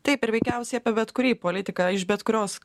taip ir veikiausiai apie bet kurį politiką iš bet kurios